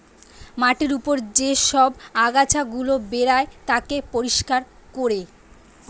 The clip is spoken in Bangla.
মাটির উপর যে সব আগাছা গুলা বেরায় তাকে পরিষ্কার কোরে